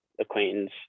acquaintance